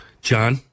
John